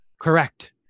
correct